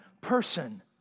person